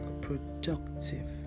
productive